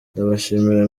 ndabashimira